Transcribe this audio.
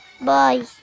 Bye